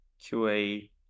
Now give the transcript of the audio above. QA